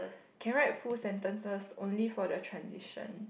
can write full sentences only for the transition